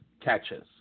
catches